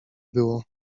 było